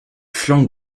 flanque